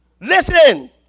Listen